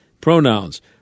Pronouns